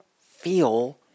feel